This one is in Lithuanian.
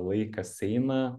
laikas eina